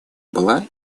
была